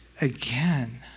again